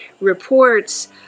reports